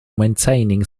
maintaining